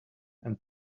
and